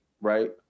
right